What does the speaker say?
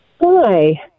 hi